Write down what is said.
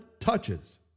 touches